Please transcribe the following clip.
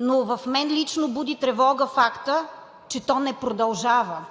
но в мен лично буди тревога фактът, че то не продължава.